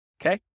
okay